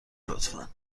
لطفا